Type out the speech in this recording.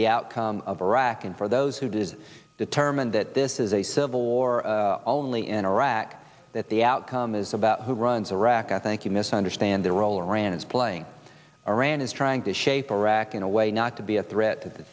the outcome of iraq and for those who did determine that this is a civil war in iraq that the outcome is about who runs iraq i think you misunderstand the role rand is playing around is trying to shape a rock in a way not to be a threat t